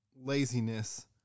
Laziness